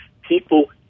People